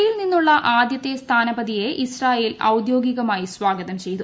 E യിൽ നിന്നുളള ആദ്യത്തെ സ്ഥാനപതിയെ ഇസ്രയേൽ ഔദ്യോഗികമായി സ്വാഗതം ചെയ്തു